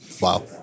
Wow